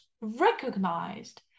recognized